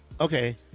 Okay